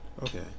Okay